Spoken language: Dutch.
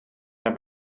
naar